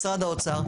משרד האוצר,